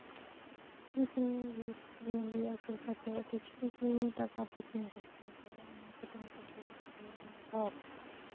ᱱᱩᱠᱩ ᱡᱤᱵᱽᱼᱡᱤᱭᱟᱹᱞᱤ ᱟᱹᱥᱩᱞ ᱠᱟᱛᱮᱜ ᱠᱤᱪᱷᱩ ᱡᱩᱫᱤ ᱴᱟᱠᱟ ᱯᱚᱭᱥᱟᱧ ᱨᱳᱜᱽᱜᱟᱨ ᱫᱟᱲᱮᱭᱟᱜᱼᱟ ᱤᱱᱟᱹ ᱠᱷᱟᱹᱛᱤᱨ ᱱᱩᱠᱩ ᱡᱤᱵᱽᱼᱡᱤᱭᱟᱹᱞᱤᱧ ᱫᱚᱦᱚ ᱠᱟᱜ ᱠᱚᱣᱟ